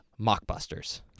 mockbusters